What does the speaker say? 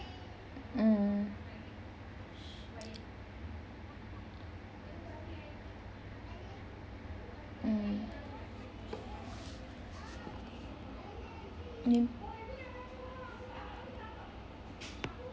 mm mm you